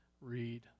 read